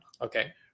Okay